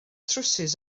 trywsus